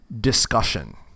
discussion